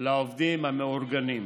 לעובדים המאורגנים.